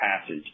passage